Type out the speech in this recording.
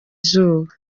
izuba